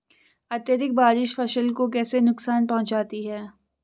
अत्यधिक बारिश फसल को कैसे नुकसान पहुंचाती है?